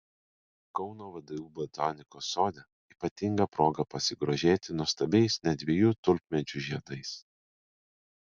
kauno vdu botanikos sode ypatinga proga pasigrožėti nuostabiais net dviejų tulpmedžių žiedais